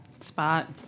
Spot